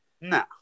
No